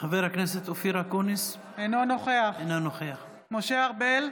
אינו נוכח משה ארבל,